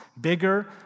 bigger